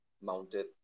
mounted